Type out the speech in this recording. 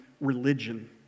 religion